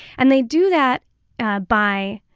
and they do that by,